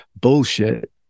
Bullshit